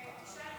תשאל אם